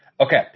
Okay